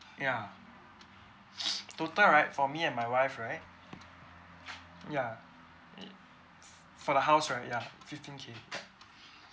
ya total right for me and my wife right ya it for the house right ya fifteen K